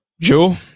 Joe